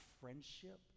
friendship